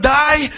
die